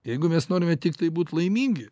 jeigu mes norime tiktai būt laimingi